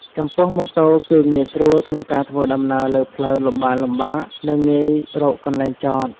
ចំពោះម៉ូតូ គឺងាយស្រួលក្នុងការធ្វើដំណើរលើផ្លូវលំបាកៗ និងងាយរកកន្លែងចត។